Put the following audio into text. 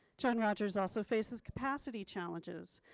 john rogers also faces capacity challenges.